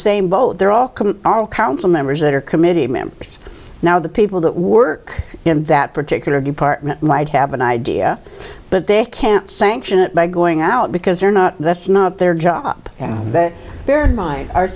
same boat they're all all council members that are committee members now the people that work in that particular department might have an idea but they can't sanction it by going out because they're not that's not their job but bear in mind our